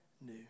new